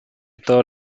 todos